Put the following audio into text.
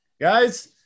guys